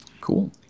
cool